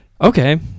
okay